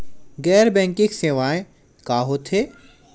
गैर बैंकिंग सेवाएं का होथे?